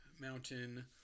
Mountain